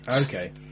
Okay